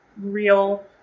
real